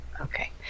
okay